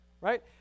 right